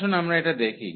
আসুন আমরা এটা দেখি